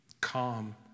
calm